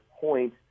point